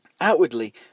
Outwardly